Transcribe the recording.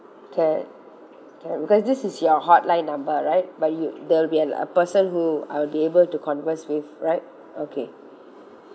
can can because this is your hotline number right but you there'll be a person who I will be able to converse with right okay